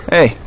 Hey